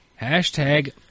Hashtag